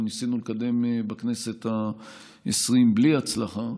ניסינו לקדם בכנסת העשרים בלי הצלחה,